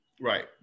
Right